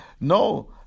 No